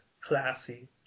classy